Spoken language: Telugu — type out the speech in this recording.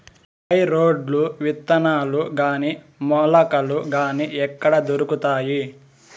బై రోడ్లు విత్తనాలు గాని మొలకలు గాని ఎక్కడ దొరుకుతాయి?